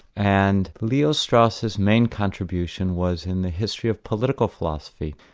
and leo strauss's main contribution was in the history of political philosophy.